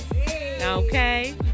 okay